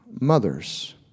mothers